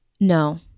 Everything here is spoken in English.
No